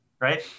right